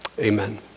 Amen